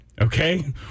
Okay